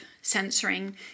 censoring